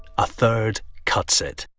a third cuts it.